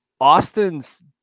Austin's